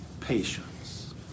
patience